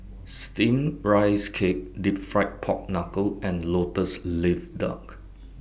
Steamed Rice Cake Deep Fried Pork Knuckle and Lotus Leaf Duck